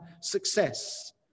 success